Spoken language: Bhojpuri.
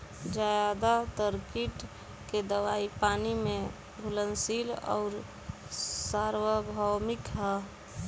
ज्यादातर कीट के दवाई पानी में घुलनशील आउर सार्वभौमिक ह?